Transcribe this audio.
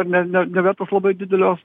ar ne ne nevertas labai didelio